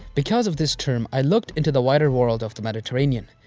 because of this term, i looked into the wider world of the mediterranean.